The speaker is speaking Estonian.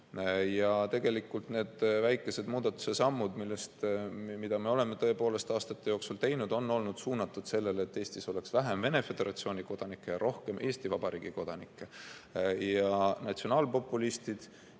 Ja tegelikult on need väikesed muudatussammud, mis me oleme aastate jooksul teinud, olnud suunatud sellele, et Eestis oleks vähem Venemaa Föderatsiooni kodanikke ja rohkem Eesti Vabariigi kodanikke. Natsionaalpopulistid